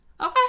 Okay